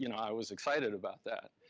you know i was excited about that.